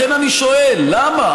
לכן אני שואל: למה?